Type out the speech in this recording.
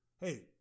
Hey